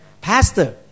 pastor